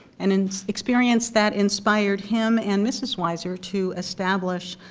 and and experience that inspired him and mrs. wiser to establish